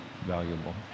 valuable